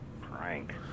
prank